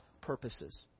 purposes